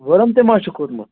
وَرم تہِ ما چھُ کھوٚتمُت